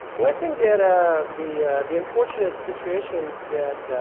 well, i think that ah the the unfortunate situation that